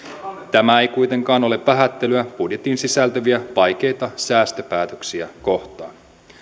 tämä ei kuitenkaan ole vähättelyä budjettiin sisältyviä vaikeita säästöpäätöksiä kohtaan